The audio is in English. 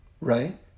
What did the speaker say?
Right